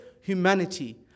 humanity